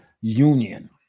union